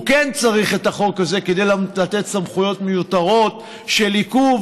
הוא כן צריך את החוק הזה כדי לתת סמכויות מיותרות של עיכוב